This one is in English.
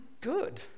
good